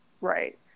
Right